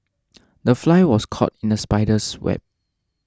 the fly was caught in the spider's web